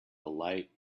light